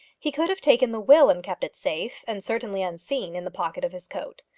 he could have taken the will and kept it safe, and certainly unseen, in the pocket of his coat.